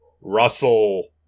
Russell